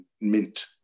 mint